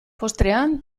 postrean